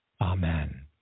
Amen